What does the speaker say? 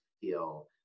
feel